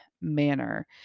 manner